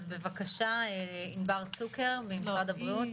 אז בבקשה ענבר צוקר ממשרד הבריאות,